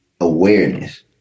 awareness